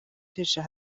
тийшээ